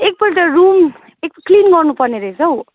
एकपल्ट रुम एकखेप क्लिन गर्नुपर्ने रहेछ हो